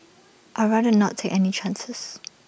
I rather not take any chances